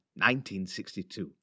1962